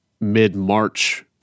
mid-March